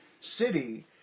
City